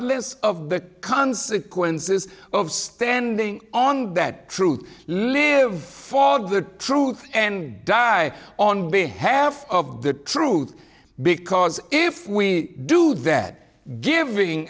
regardless of the consequences of standing on that truth live for the truth and die on behalf of the truth because if we do that giving